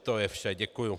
To je vše, děkuju.